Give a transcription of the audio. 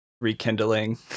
rekindling